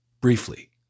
Briefly